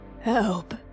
Help